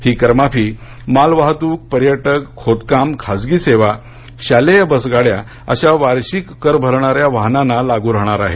ही करमाफी मालवाहतूक पर्यटक खोदकाम खासगी सेवा शालेय बसगाड्या अशा वार्षिक कर भरणाऱ्या वाहनांना लागू राहणार आहे